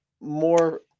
more